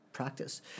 Practice